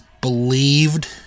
believed